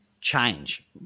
change